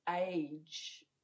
age